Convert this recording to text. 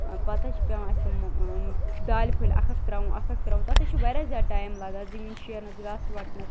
ٲں پتہٕ حظ چھِ پیٚوان اسہِ تِم ٲں دالہِ پھٔلۍ اکھ اکھ ترٛاوُن اکھ اکھ ترٛاوُن تتھ حظ چھُ وارِیاہ زیادٕ ٹایِم لگان زٔمیٖن شیرنَس گاسہٕ وَٹنس